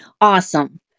Awesome